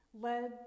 led